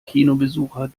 kinobesucher